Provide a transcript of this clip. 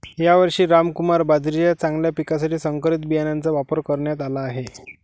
यावर्षी रामकुमार बाजरीच्या चांगल्या पिकासाठी संकरित बियाणांचा वापर करण्यात आला आहे